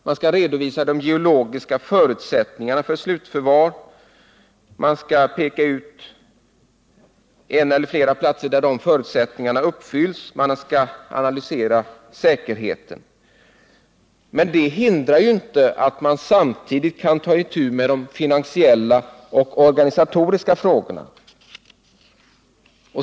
Man skall redovisa de geologiska förutsätt ningarna för slutförvaring, man skall peka ut en eller flera platser där de förutsättningarna uppfylls, man skall analysera säkerheten. Men det hindrar ju inte att vi samtidigt kan ta itu med de finansiella och organisatoriska frågorna.